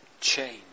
change